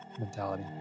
mentality